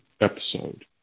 episode